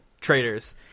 traitors